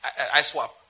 ISWAP